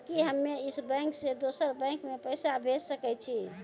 कि हम्मे इस बैंक सें दोसर बैंक मे पैसा भेज सकै छी?